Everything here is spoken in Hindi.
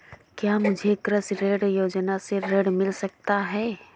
क्या मुझे कृषि ऋण योजना से ऋण मिल सकता है?